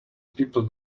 people